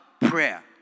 prayer